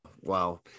Wow